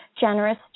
generous